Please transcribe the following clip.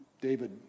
David